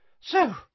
So